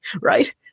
right